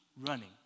running